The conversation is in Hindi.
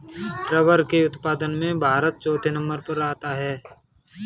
रबर के उत्पादन में भारत चौथे नंबर पर आता है